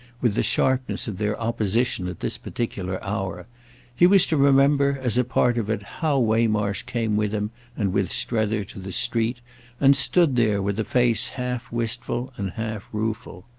with the sharpness of their opposition at this particular hour he was to remember, as a part of it, how waymarsh came with him and with strether to the street and stood there with a face half-wistful and half-rueful.